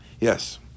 Yes